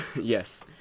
Yes